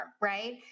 right